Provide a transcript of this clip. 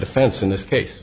defense in this case